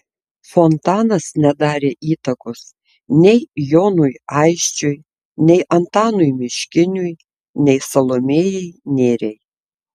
fontanas nedarė įtakos nei jonui aisčiui nei antanui miškiniui nei salomėjai nėriai